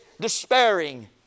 despairing